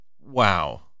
wow